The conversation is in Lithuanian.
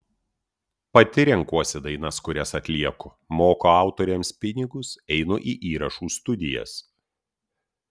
pati renkuosi dainas kurias atlieku moku autoriams pinigus einu į įrašų studijas